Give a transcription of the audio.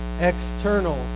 external